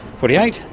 forty eight,